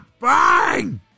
Bang